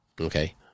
Okay